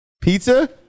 Pizza